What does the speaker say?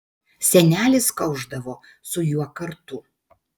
senelis kaušdavo su juo kartu